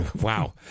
Wow